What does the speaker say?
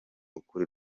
ukuri